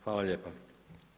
Hvala lijepa.